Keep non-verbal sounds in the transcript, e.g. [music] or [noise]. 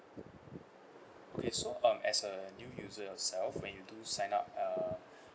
okay so um as a new user yourself when you do sign up uh [breath]